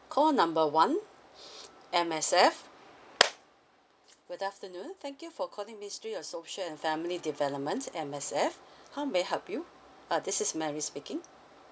call number one M_S_F good afternoon thank you for calling ministry of social and family development M_S_F how may I help you uh this is mary speaking